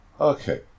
Okay